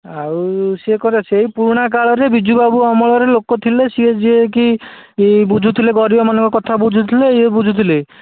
ଆଉ ସେ କୁଆଡ଼େ ସେହି ପୁରୁଣା କାଳରେ ବିଜୁବାବୁ ଅମଳରେ ଲୋକ ଥିଲେ ସେ ଯିଏକି ଏଇ ବୁଝୁଥିଲେ ଗରିବମାନଙ୍କ କଥା ବୁଝୁଥିଲେ ଇଏ ବୁଝୁଥିଲେ